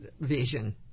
vision